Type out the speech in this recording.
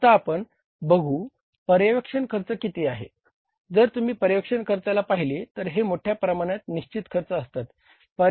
आता आपण बघू पर्यवेक्षण खर्च किती आहे जर तुम्ही पर्यवेक्षण खर्चाला पहिले तर हे मोठ्याप्रमाणात निश्चित खर्च असतात